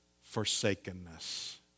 forsakenness